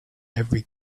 every